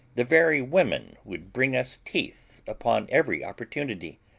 the very women would bring us teeth upon every opportunity,